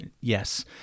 Yes